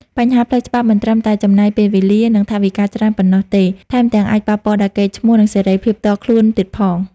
បញ្ហាផ្លូវច្បាប់មិនត្រឹមតែចំណាយពេលវេលា និងថវិកាច្រើនប៉ុណ្ណោះទេ ថែមទាំងអាចប៉ះពាល់ដល់កេរ្តិ៍ឈ្មោះ និងសេរីភាពផ្ទាល់ខ្លួនទៀតផង។